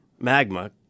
magma